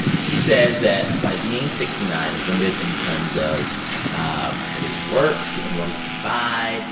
he says that by being sixty nine, he's limited in terms of um his work and what he can buy.